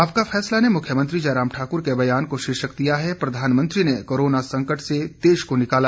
आपका फैसला ने मुख्यमंत्री जयराम ठाकुर के बयान को शीर्षक दिया है प्रधानमंत्री ने कोरोना संकट से देश को निकाला